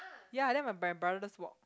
ya then my my brother just walk